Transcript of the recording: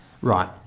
right